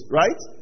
right